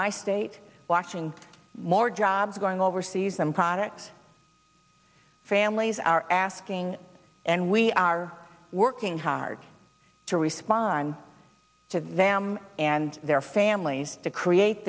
my state watching more jobs going overseas and products families are asking and we are working hard to respond to them and their families to create